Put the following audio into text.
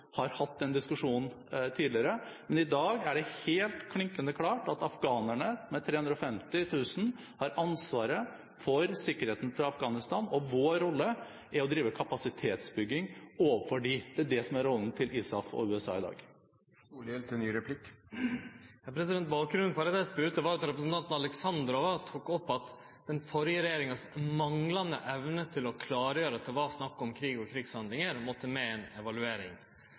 har hatt denne diskusjonen om krig tidligere, men i dag er det helt klinkende klart at afghanerne – med 350 000 – har ansvaret for sikkerheten til Afghanistan, og vår rolle er å drive kapasitetsbygging overfor dem. Det er det som er rollen til ISAF og USA i dag. Bakgrunnen for at eg spurde var at representanten Alexandrova tok opp at den førre regjeringas manglande evne til å klargjere at det var snakk om krig og krigshandlingar, måtte med i ei evaluering.